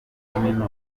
kaminuza